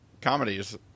comedies